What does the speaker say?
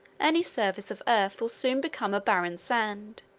any surface of earth will soon become a barren sand.